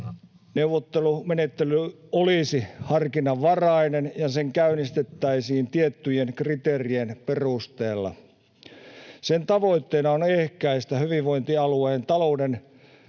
Neuvottelumenettely olisi harkinnanvarainen, ja se käynnistettäisiin tiettyjen kriteerien perusteella. Sen tavoitteena on ehkäistä hyvinvointialueen talouden